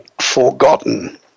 forgotten